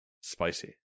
spicy